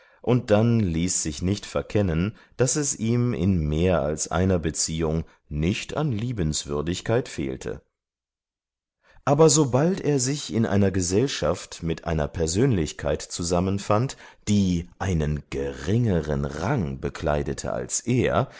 und dann ließ sich nicht verkennen daß es ihm in mehr als einer beziehung nicht an liebenswürdigkeit fehlte aber sobald er sich in einer gesellschaft mit einer persönlichkeit zusammenfand die einen geringeren rang bekleidete als er